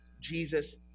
Jesus